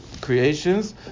creations